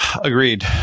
Agreed